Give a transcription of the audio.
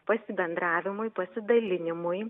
pasibendravimui pasidalinimui